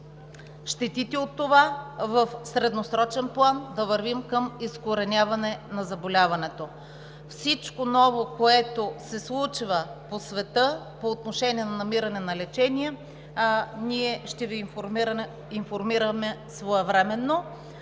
всички, и в средносрочен план да вървим към изкореняване на заболяването. За всичко ново, което се случва по света по отношение на намиране на лечение, ние ще Ви информираме своевременно.